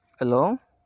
hello